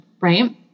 right